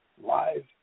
live